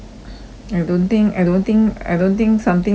I don't think I don't think I don't think something that will